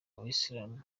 abayisilamu